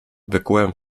wykułem